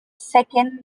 second